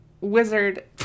wizard